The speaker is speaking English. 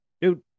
dude